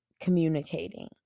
communicating